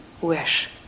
wish